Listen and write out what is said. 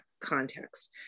context